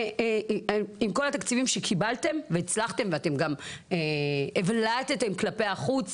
עם כל התקציבים שקיבלתם והצלחתם והבלטתם כלפי חוץ